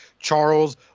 Charles